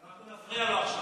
אנחנו נפריע לו עכשיו,